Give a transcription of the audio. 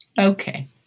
Okay